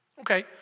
Okay